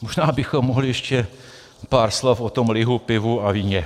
Možná bychom mohli ještě pár slov o tom lihu, pivu a víně.